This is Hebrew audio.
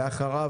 לאחריו,